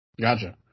Gotcha